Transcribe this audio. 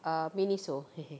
err Miniso